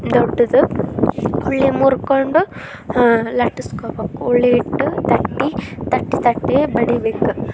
ದೊಡ್ಡದು ಉಳ್ಳಿ ಮುರ್ಕೊಂಡು ಲಟ್ಟಿಸ್ಕೊಬೇಕು ಉಳ್ಳಿ ಹಿಟ್ಟು ತಟ್ಟಿ ತಟ್ಟಿ ತಟ್ಟಿ ಬಡಿಬೇಕು